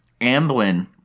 Amblin